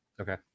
Okay